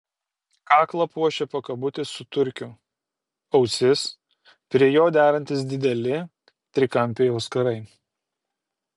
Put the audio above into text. kaklą puošė pakabutis su turkiu ausis prie jo derantys dideli trikampiai auskarai